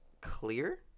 clear